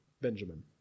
Benjamin